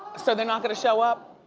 so they're not gonna show up?